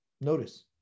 Notice